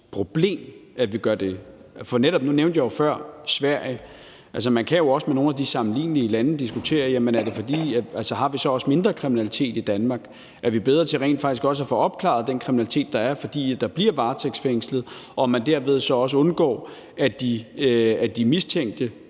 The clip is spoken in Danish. problem, at vi gør det. Nu nævnte jeg før Sverige, og man kan jo også i forhold til nogle af de andre sammenlignelige lande diskutere, om det er, fordi vi så også har mindre kriminalitet i Danmark, om vi er bedre til rent faktisk også at få opklaret den kriminalitet, der er, fordi der bliver varetægtsfængslet, og om man derved så også undgår, at de mistænkte